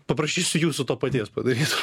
paprašysiu jūsų to paties padaryt